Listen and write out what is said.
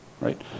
right